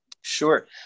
Sure